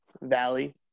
Valley